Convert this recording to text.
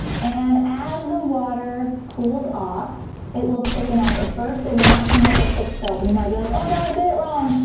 and as the water cools off it will thicken up. at first it will not seem like a thick soap and you might be like, oh no i did it wrong!